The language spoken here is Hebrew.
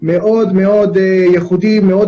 מאוד מאוד ייחודי, מאוד